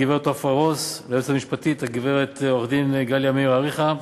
לגברת עפרה רוס וליועצת המשפטית הגברת עורכת-דין גליה מאיר אריכא,